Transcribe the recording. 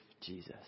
Jesus